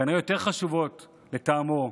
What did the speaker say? כנראה יותר חשובות לטעמו,